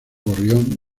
gorrión